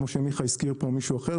כמו שמיכה הזכיר פה או מישהו אחר,